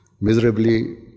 miserably